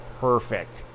perfect